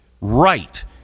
Right